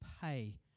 pay